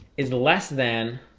is less than